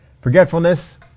Forgetfulness